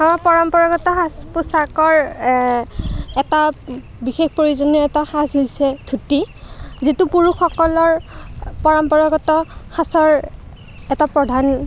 আমাৰ পৰম্পৰাগত সাজ পোচাকৰ এটা বিশেষ প্ৰয়োজনীয় এটা সাজ হৈছে ধুতি যিটো পুৰুষসকলৰ পৰম্পৰাগত সাজৰ এটা প্ৰধান